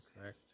correct